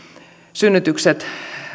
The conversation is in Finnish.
synnytykset